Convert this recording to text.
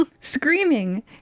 Screaming